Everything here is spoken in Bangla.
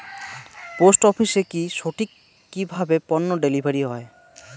পোস্ট অফিসে কি সঠিক কিভাবে পন্য ডেলিভারি হয়?